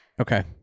okay